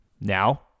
Now